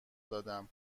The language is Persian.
دادم